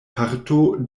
parto